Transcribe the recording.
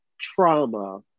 trauma